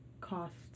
costs